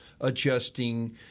adjusting